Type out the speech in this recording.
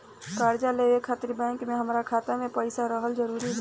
कर्जा लेवे खातिर बैंक मे हमरा खाता मे पईसा रहल जरूरी बा?